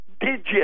digit